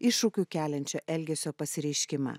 iššūkių keliančio elgesio pasireiškimą